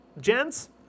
gents